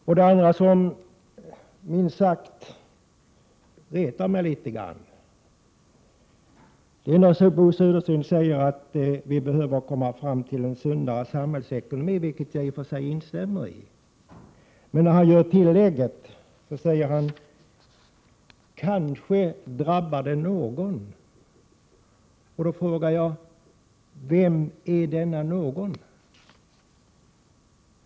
En annan sak som minst sagt retar mig litet grand är Bo Söderstens uttalande att vi behöver få en sundare samhällsekonomi, vilket jag i och för sig instämmer i. Men han gör tillägget: Kanske drabbar det någon. Då frågar jag: Vem är denne ”någon”?